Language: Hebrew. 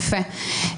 יפה.